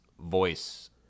voice